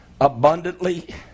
abundantly